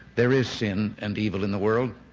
there is sin and evil in the world,